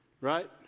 right